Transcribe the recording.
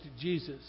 Jesus